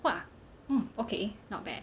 !wah! mm okay not bad